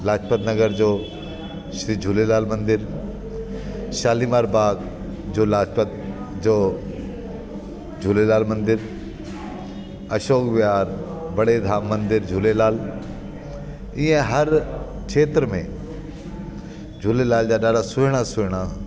लाजपत नगर जो श्री झूलेलाल मंदर शलीमार बाग जो लाजपत जो झूलेलाल मंदर अशोक विहार बड़े धाम मंदर झूलेलाल ईअं हर खेत्र में झूलेलाल जा ॾाढा सुहिणा सुहिणा